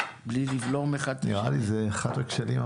בלי לבלום אחד את השני.